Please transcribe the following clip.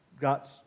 got